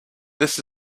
this